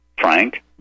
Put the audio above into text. Frank